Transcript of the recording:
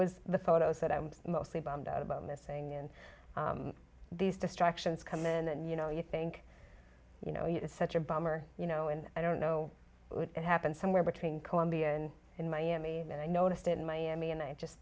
was the photos that i'm mostly bummed out about missing in these distractions come in and you know you think you know it's such a bummer you know and i don't know it happened somewhere between columbia and in miami and i noticed it in miami and i just